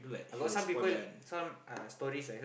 got some people some uh stories I heard